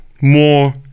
more